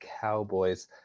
cowboys